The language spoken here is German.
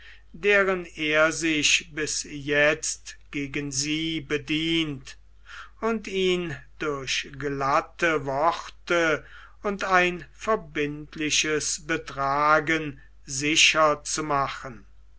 deren er sich bis jetzt gegen sie bedient und ihn durch glatte worte und ein verbindliches betragen sicher zu machen